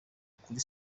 kuri